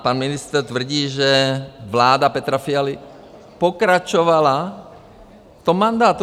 Pan ministr tvrdí, že vláda Petra Fialy pokračovala v tom mandátu.